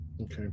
Okay